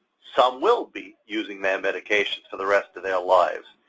some will be using their medications for the rest of their lives,